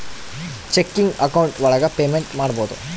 checking account ಒಳಗ payment ಮಾಡ್ಬೋದು